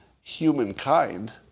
humankind